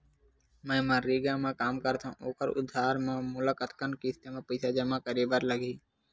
मैं मनरेगा म काम करथव, ओखर आधार म मोला कतना किस्त म पईसा जमा करे बर लगही?